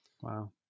Wow